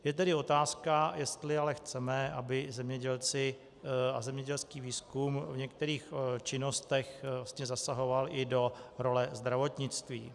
Je tedy otázka, jestli ale chceme, aby i zemědělci a zemědělský výzkum v některých činnostech zasahoval i do role zdravotnictví.